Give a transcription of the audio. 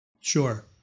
Sure